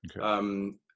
Okay